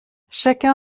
chacun